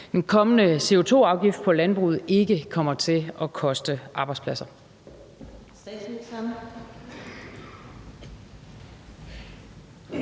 en kommende CO2-afgift på landbruget ikke kommer til at koste arbejdspladser.